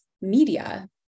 media